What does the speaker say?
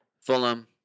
Fulham